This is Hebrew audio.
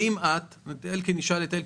האם את את אלקין נשאל בנפרד